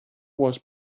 was